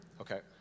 Okay